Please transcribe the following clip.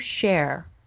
share